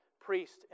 priest